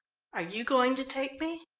are you going to take me?